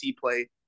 play